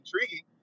intriguing